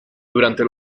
durante